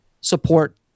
support